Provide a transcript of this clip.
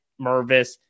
Mervis